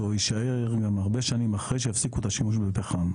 יישאר גם הרבה שנים אחרי שיפסיקו את השימוש בפחם.